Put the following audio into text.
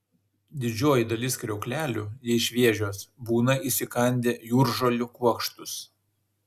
didžioji dalis kriauklelių jei šviežios būna įsikandę jūržolių kuokštus